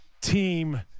team